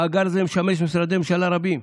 מאגר זה משמש משרדים ממשלה רבים,